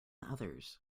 others